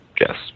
yes